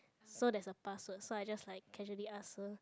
so there's a password so I just like casually ask her